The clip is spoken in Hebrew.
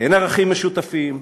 אין ערכים משותפים,